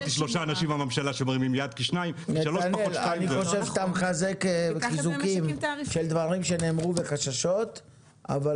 חושב שאתה מחזק חיזוקים של דברים שנאמרו, וחששות.